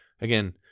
again